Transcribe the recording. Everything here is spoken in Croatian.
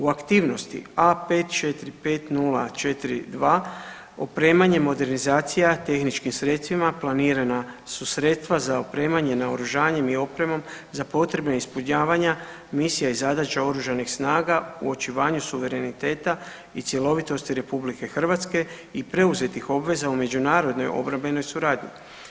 U aktivnosti A545042 opremanje, modernizacija tehničkim sredstvima planirana su sredstva za opremanje naoružanjem i opremom za potrebe ispunjavanja misija i zadaća oružanih snaga u očuvanju suvereniteta i cjelovitosti RH i preuzetih obveza u međunarodnoj obrambenoj suradnji.